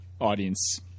audience